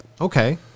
Okay